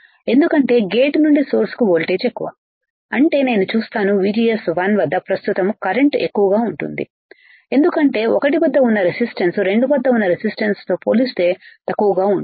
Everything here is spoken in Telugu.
ఎందుకంటే గేట్ నుండి సోర్స్ కు వోల్టేజ్ఎక్కువ అంటే నేను చూస్తాను VGS1 వద్ద ప్రస్తుతము కరెంటుఎక్కువగా ఉంటుంది ఎందుకంటే 1 వద్ద ఉన్న రెసిస్టన్స్ 2 వద్ద ఉన్న రెసిస్టన్స్తో పోలిస్తే తక్కువగాఉంటుంది